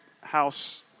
house